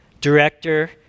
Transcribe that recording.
director